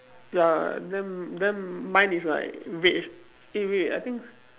ya then then mine is like red eh wait I think